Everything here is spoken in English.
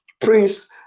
Prince